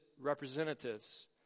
representatives